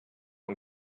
and